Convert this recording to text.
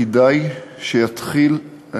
כדאי שיתחיל,